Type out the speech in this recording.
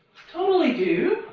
totally do.